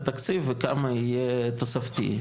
התקציב וכמה יהיה תוספתי.